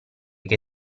che